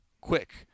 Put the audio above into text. quick